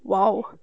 !whoa!